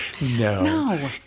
no